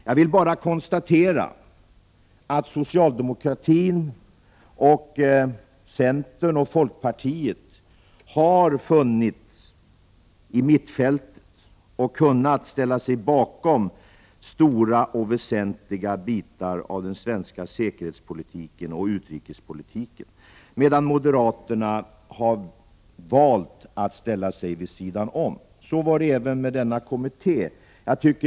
Jag vill bara konstatera att socialdemokratin, centern och folkpartiet har funnits i mittfältet och har kunnat ställa sig bakom stora och väsentliga bitar av den svenska säkerhetspolitiken och utrikespolitiken, medan moderaterna har valt att stå vid sidan om. Så var det även med denna kommitté.